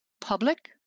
public